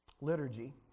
liturgy